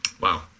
Wow